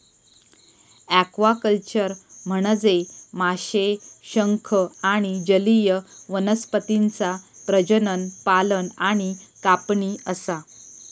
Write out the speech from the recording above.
aquaculture म्हनजे माशे, शंख आणि जलीय वनस्पतींचा प्रजनन, पालन आणि कापणी असा